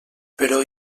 però